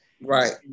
Right